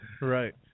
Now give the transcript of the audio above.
Right